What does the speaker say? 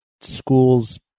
school's